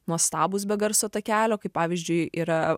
nuostabūs be garso takelio kaip pavyzdžiui yra